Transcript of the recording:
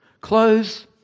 clothes